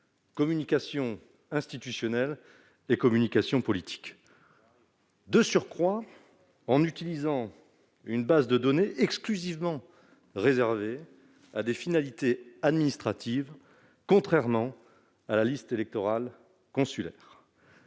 communication institutionnelle et communication politique, ... Comme souvent !... en utilisant, de surcroît, une base de données exclusivement réservée à des finalités administratives, contrairement à la liste électorale consulaire.